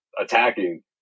attacking